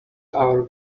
hour